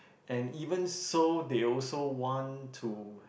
and even so they also want to